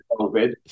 COVID